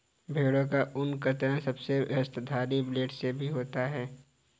भेड़ों का ऊन कतरन पहले हस्तधारी ब्लेड से भी होता है